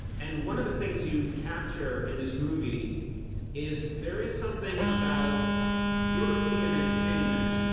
and one of the things you capture in this movie is there is something about european entertainment